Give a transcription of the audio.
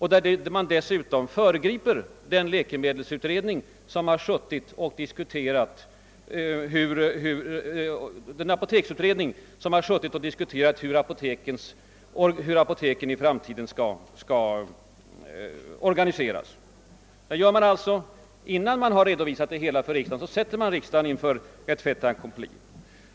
Här föregrips den utredning som diskuterar hur apoteken i framtiden skall organiseras. Innan man har redovisat hela problemet för riksdagen ställer man alltså riksdagen inför fait accompli.